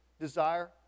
desire